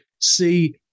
See